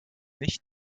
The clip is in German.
nicht